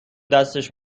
دستش